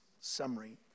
Summary